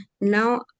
now